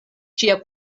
ŝia